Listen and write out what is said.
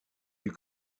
you